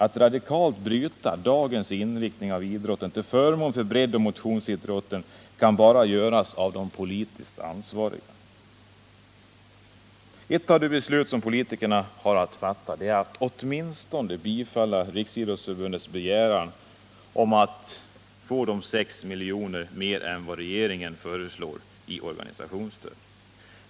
Att radikalt bryta med dagens inriktning av idrotten till förmån för breddoch motionsidrotten kan bara göras av de politiskt ansvariga. Ett av de beslut som politikerna kan fatta är att åtminstone bifalla riksidrottsförbundets begäran om att i organisationsstöd få drygt 6 milj.kr. mer än vad regeringen föreslår.